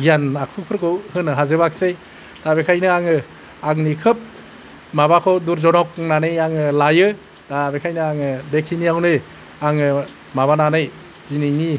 गियान आखुफोरखौ होनो हाजोबाखसै दा बेखायनो आङो आंनि खोब माबाखौ दुरजनख होन्नानै आं लायो दा बेखायनो आङो बेखिनियावनो आङो माबानानै दिनैनि